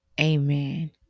Amen